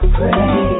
pray